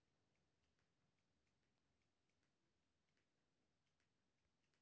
हमरो अपने बैंक खाता से केना दुसरा देश पैसा भेज सके छी?